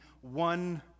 one